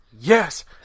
Yes